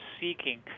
seeking